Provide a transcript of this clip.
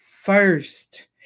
first